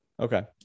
Okay